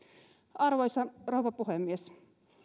arvoisa rouva puhemies